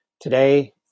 Today